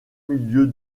milieu